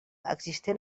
existent